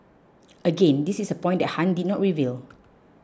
again this is a point that Han did not reveal